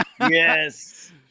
Yes